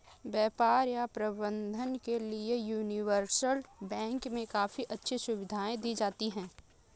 व्यापार या प्रबन्धन के लिये यूनिवर्सल बैंक मे काफी अच्छी सुविधायें दी जाती हैं